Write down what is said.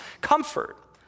comfort